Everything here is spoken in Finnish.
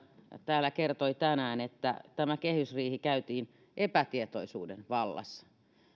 täällä kertoi tänään että kehysriihi käytiin epätietoisuuden vallassa